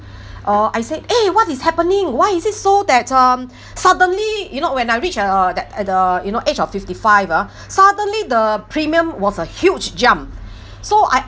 oh I said eh what is happening why is it so that um suddenly you know when I reach uh that at the you know age of fifty five ah suddenly the premium was a huge jump so I